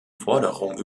forderung